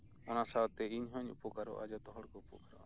ᱚᱱᱟ ᱥᱟᱶᱛᱮ ᱤᱧᱦᱚᱧ ᱩᱯᱚᱠᱟᱨᱚᱜᱼᱟ ᱡᱷᱚᱛᱚᱦᱚᱲ ᱩᱯᱚᱠᱟᱨ ᱥᱟᱶᱛᱮ